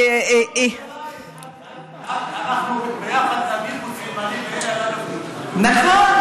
אנחנו יחד נכון,